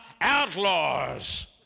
outlaws